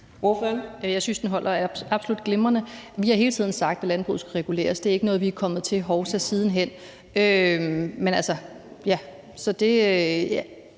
Jeg synes, at den holder absolut glimrende. Vi har hele tiden sagt, at landbruget skal reguleres, og det er ikke noget, som vi – hovsa – siden hen